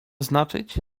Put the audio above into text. znaczyć